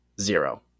Zero